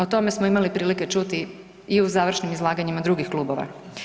O tome smo imali prilike čuti i u završnim izlaganjima drugih klubova.